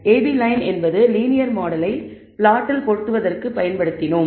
ab line என்பது linear மாடலை பிளாட்டில் பொருத்துவதற்குப் பயன்படுத்தினோம்